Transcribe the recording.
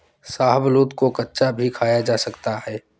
शाहबलूत को कच्चा भी खाया जा सकता है